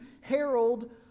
herald